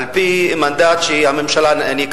על-פי מנדט שהממשלה העניקה,